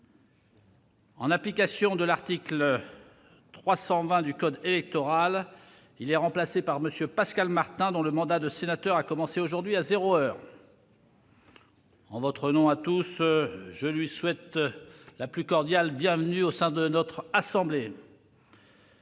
En application de l'article L.O. 320 du code électoral, il est remplacé par M. Pascal Martin, dont le mandat de sénateur a commencé aujourd'hui, à zéro heure. En votre nom à tous, je souhaite la plus cordiale bienvenue à notre nouveau